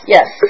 Yes